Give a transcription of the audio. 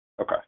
Okay